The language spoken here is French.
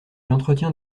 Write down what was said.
entretient